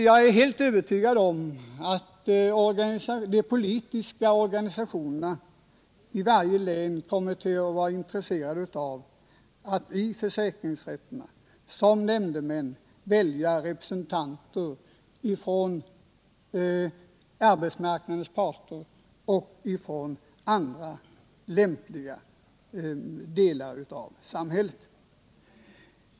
Jag är helt övertygad om att de politiska organisationerna i varje län kommer att vara intresserade av att vid försäkringsrätterna som nämndemän välja representanter från arbetsmarknadens parter och från andra lämpliga delar av samhället.